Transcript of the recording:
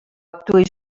actuï